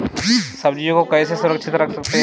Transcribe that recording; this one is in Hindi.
सब्जियों को कैसे सुरक्षित रख सकते हैं?